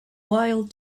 while